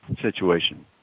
situation